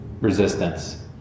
resistance